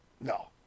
No